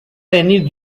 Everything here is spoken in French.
ainée